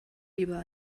lieber